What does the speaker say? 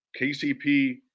KCP